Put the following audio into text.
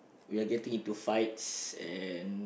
we are getting into fights and